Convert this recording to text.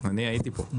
אני הייתי כאן.